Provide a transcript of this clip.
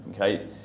okay